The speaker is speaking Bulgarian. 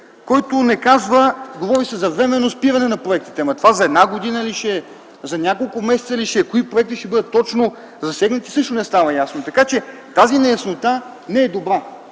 един текст. Говори се за временно спиране на проектите, но това за една година ли ще бъде, за няколко месеца ли ще бъде, точно кои проекти ще бъдат засегнати, също не става ясно. Така че тази неяснота не е добра